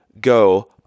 go